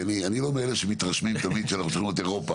כי אני לא מאלה שמתרשמים תמיד שאנחנו צריכים להיות אירופה